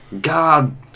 God